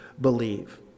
believe